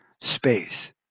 space